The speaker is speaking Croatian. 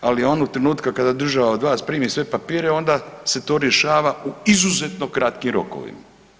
Ali onog trenutka kada država od vas primi sve papire onda se to rješava u izuzetno kratkim rokovima.